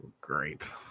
great